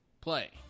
play